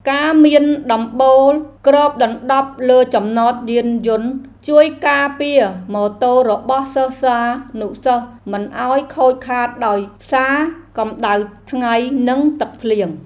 ការមានដំបូលគ្របដណ្តប់លើចំណតយានយន្តជួយការពារម៉ូតូរបស់សិស្សានុសិស្សមិនឱ្យខូចខាតដោយសារកម្តៅថ្ងៃនិងទឹកភ្លៀង។